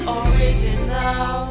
original